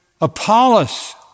Apollos